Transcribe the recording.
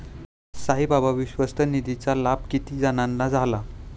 साईबाबा विश्वस्त निधीचा लाभ किती जणांना झाला?